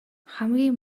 хамгийн